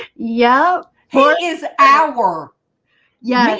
yep, what is our yeah,